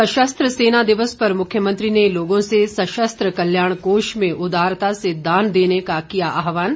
सशस्त्र सेना दिवस पर मुख्यमंत्री ने लोगों से सशस्त्र कल्याण कोष में उदारता से दान देने का किया आहवान